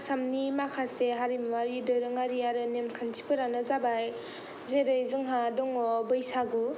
आसामनि माखासे हारिमुवारि दोरोङारि आरो नेमखान्थिफोरानो जाबाय जेरै जोंहा दङ' बैसागु